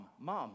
mom